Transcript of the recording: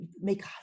make